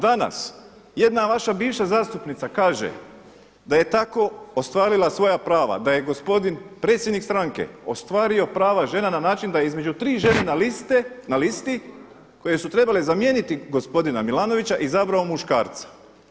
Danas jedna vaša bivša zastupnica kaže da je tako ostvarila svoja prava, da je gospodin predsjednik stranke ostvario prava žena na način da je između tri žene na listi koje su trebale zamijeniti gospodina Milanović izabrao muškarca.